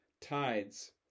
tides